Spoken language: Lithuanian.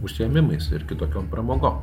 užsiėmimais ir kitokiom pramogom